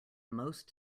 most